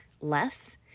less